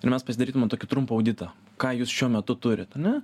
ir mes pasidarytume tokį trumpą auditą ką jūs šiuo metu turit ane